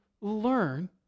learn